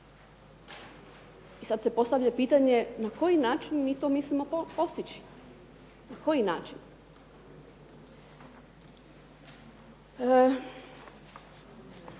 I sad se postavlja pitanje na koji način mi to mislimo postići. Dobila